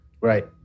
Right